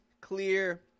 clear